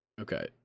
Okay